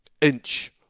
inch